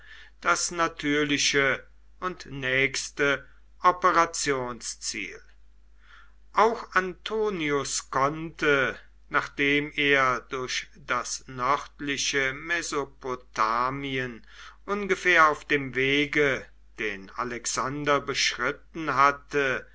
das natürliche und nächste operationsziel auch antonius konnte nachdem er durch das nördliche mesopotamien ungefähr auf dem wege den alexander beschritten hatte